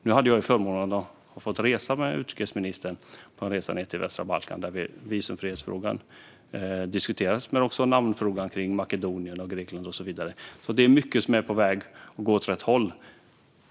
Nu hade jag förmånen att följa med utrikesministern på en resa ned till västra Balkan, där vi diskuterade visumfrihet men också namnfrågan för Grekland och Makedonien och så vidare. Det är mycket som är på väg åt rätt håll.